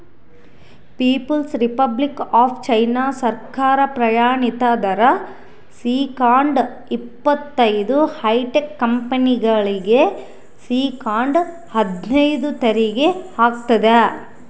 people's Republic of China ಸರ್ಕಾರ ಪ್ರಮಾಣಿತ ದರ ಶೇಕಡಾ ಇಪ್ಪತೈದು ಹೈಟೆಕ್ ಕಂಪನಿಗಳಿಗೆ ಶೇಕಡಾ ಹದ್ನೈದು ತೆರಿಗೆ ಹಾಕ್ತದ